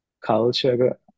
culture